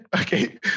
Okay